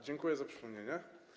Dziękuję za przypomnienie.